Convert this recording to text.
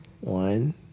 One